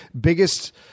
biggest